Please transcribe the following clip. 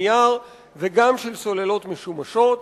נייר וגם של סוללות משומשות.